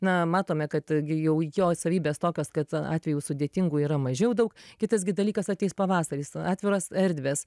na matome kad jau jo savybės tokios kad atvejų sudėtingų yra mažiau daug kitas gi dalykas ateis pavasaris atviros erdvės